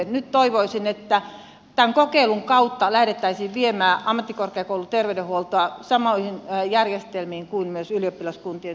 nyt toivoisin että tämän kokeilun kautta lähdettäisiin viemään ammattikorkeakoulujen terveydenhuoltoa samoihin järjestelmiin kuin ylioppilaskuntien terveydenhuolto